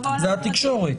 זה התקשורת.